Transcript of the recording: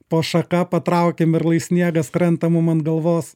po šaka patraukim ir lai sniegas krenta mum ant galvos